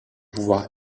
pouvoir